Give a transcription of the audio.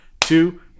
two